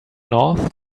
north